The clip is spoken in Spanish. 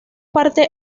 parte